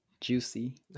juicy